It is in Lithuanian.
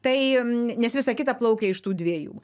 tai m nes visa kita plaukia iš tų dviejų